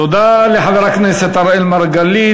תודה לחבר הכנסת אראל מרגלית.